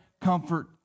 comfort